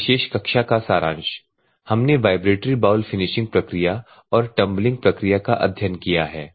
इस विशेष कक्षा का सारांश हमने वाइब्रेटरी बाउल फिनिशिंग प्रक्रियाऔर टंबलिंग प्रक्रिया का अध्ययन किया है